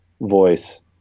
voice